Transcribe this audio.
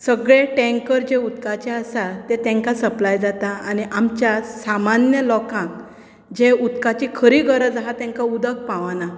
सगळें टँकर जे उदकाचे आसा तें तांकां सप्लाय जाता आनी आमच्या सामान्य लोकांक जे उदकाची खरी गरज आसा तांकां उदक पावना